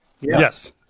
Yes